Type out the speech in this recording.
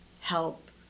help